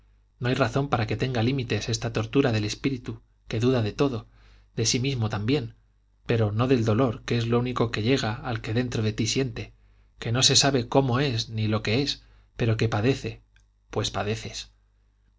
no hay razón para que tenga límites esta tortura del espíritu que duda de todo de sí mismo también pero no del dolor que es lo único que llega al que dentro de ti siente que no se sabe cómo es ni lo que es pero que padece pues padeces